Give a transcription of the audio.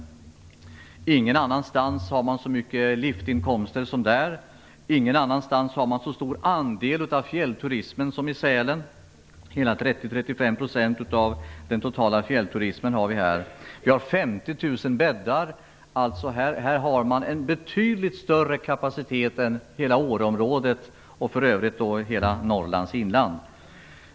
Ingen annanstans är liftinkomsterna så stora. Ingen annanstans är andelen av fjällturismen så stor. Vi har 30-35 % av den totala fjällturismen här. Vi har 50 000 bäddar. Här finns det en betydligt större kapacitet än i hela Åreområdet och även i hela Norrlands inland.